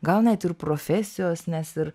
gal net ir profesijos nes ir